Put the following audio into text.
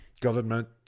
government